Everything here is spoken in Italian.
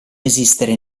esistere